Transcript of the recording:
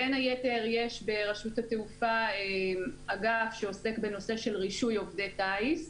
בין היתר יש ברשות התעופה אגף שעוסק בנושא של רישוי עובדי טיס.